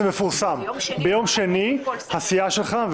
זה מפורסם ביום שני הסיעה שלך,